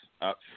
up